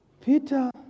Peter